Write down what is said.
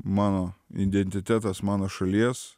mano identitetas mano šalies